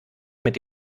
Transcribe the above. mit